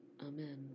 Amen